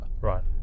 Right